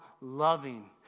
loving